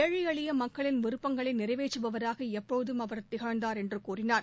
ஏழை எளிய மக்களின் விருப்பங்களை நிறைவேற்றுபவராக எப்போதும் அவர் திகழ்ந்தார் என்று கூறினார்